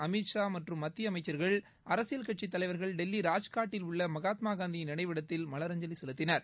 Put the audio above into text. அமித் ஷா மற்றும் மத்திய அமைச்சர்கள் அரசியல் கட்சித் தலைவர்கள் டெல்லி ராஜ்காட்டில் உள்ள மகாத்மா காந்தியின் நினைவிடத்தில் மலரஞ்சலி செலுத்தினர்